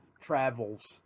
travels